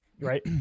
right